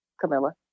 Camilla